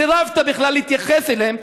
סירבת בכלל להתייחס אליהם.